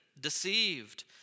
deceived